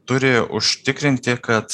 turi užtikrinti kad